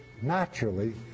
naturally